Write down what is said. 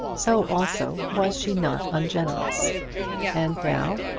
so also was she not ungenerous and now,